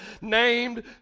named